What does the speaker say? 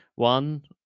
One